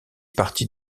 partie